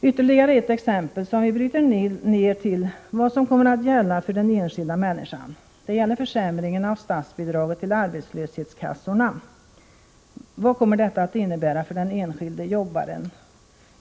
Ytterligare ett exempel som visar vad som kommer att inträffa för den enskilda människan gäller försämringen av statsbidraget till arbetslöshetskassorna. Vad kommer detta att innebära för den enskilde jobbaren?